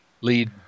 lead